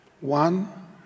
one